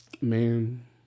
man